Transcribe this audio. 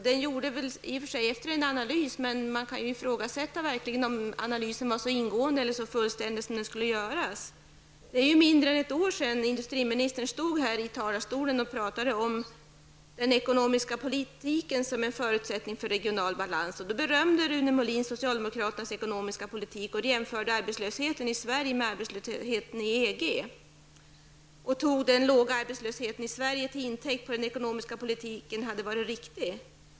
Den gjordes i och för sig efter en analys, men man kan verkligen ifrågasätta om analysen var så ingående eller så fullständig som den borde ha varit. För mindre än ett år sedan stod industriministern här i talarstolen och pratade om den ekonomiska politiken såsom en förutsättning för regional balans. Då berömde han socialdemokraternas ekonomiska politik och jämförde arbetslösheten i Sverige med arbetslösheten i EG. Han tog den låga arbetslösheten i Sverige till intäkt för att den ekonomiska politiken hade varit riktig.